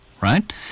right